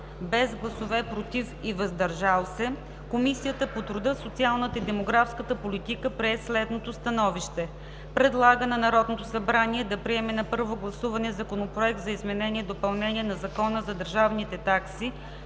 без гласове „против“ и „въздържал се“, Комисията по труда, социалната и демографската политика прие следното становище: Предлага на Народното събрание да приеме на първо гласуване Законопроект за изменение и допълнение на Закона за държавните такси,